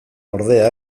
ordea